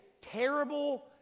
terrible